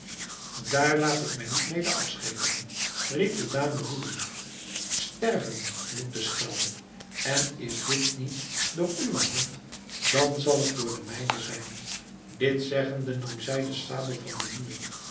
daar laat ik mij niet mede afschepen riep de dame woedend sterven moet de schelm en is dit niet door uwe hand dan zal het door de mijne zijn dit zeggende nam zij de sabel van den muur